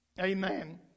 Amen